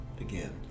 again